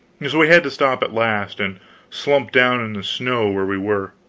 so we had to stop at last and slump down in the snow where we were.